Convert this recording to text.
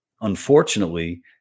unfortunately